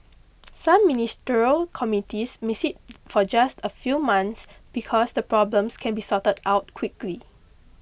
some ministerial committees may sit for just a few months because the problems can be sorted out quickly